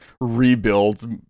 rebuild